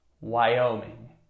Wyoming